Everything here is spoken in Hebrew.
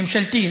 ממשלתי.